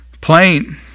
plain